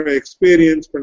experience